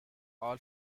all